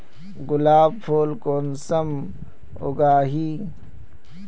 गुलाब फुल कुंसम उगाही?